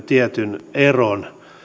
tietyn eron